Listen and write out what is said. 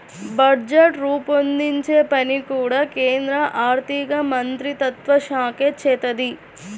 budget రూపొందించే పని కూడా కేంద్ర ఆర్ధికమంత్రిత్వశాఖే చేత్తది